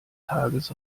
tages